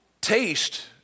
taste